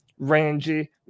rangy